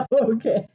Okay